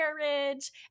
carriage